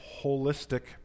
holistic